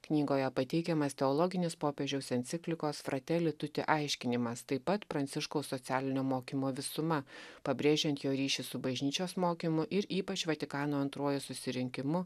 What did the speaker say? knygoje pateikiamas teologinis popiežiaus enciklikos fratelituti aiškinimas taip pat pranciškaus socialinio mokymo visuma pabrėžiant jo ryšį su bažnyčios mokymu ir ypač vatikano antruoju susirinkimu